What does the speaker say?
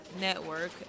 network